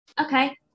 Okay